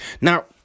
Now